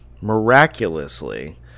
Miraculously